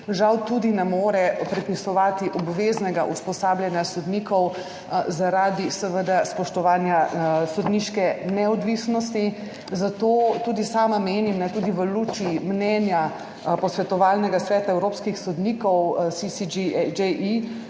žal tudi ne more predpisovati obveznega usposabljanja sodnikov zaradi spoštovanja sodniške neodvisnosti. Zato menim, tudi v luči mnenja Posvetovalnega sveta evropskih sodnikov – CCJE